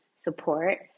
support